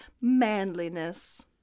manliness